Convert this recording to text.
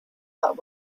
that